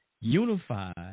unified